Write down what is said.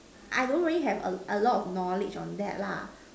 I don't really have a a lot of knowledge on that lah